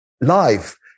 life